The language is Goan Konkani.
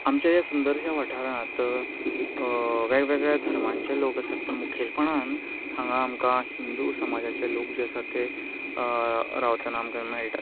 आमच्या ह्या सुंदरश्या वाठारांत वेगवेगळे धर्मांचे लोक आसात पूण मुखेलपणान हांगा आमकां हिंदू समाजाचे लोक जे आसा ते रावतना आमकां मेळटात